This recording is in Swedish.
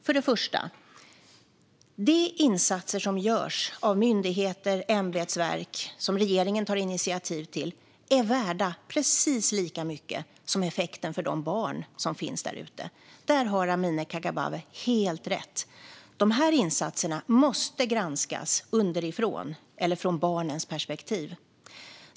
Först och främst: De insatser som görs av myndigheter och ämbetsverk och som regeringen tar initiativ till är bara värda precis lika mycket som effekten för de barn som finns där ute. Där har Amineh Kakabaveh helt rätt. Dessa insatser måste granskas underifrån, från barnens perspektiv.